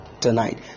tonight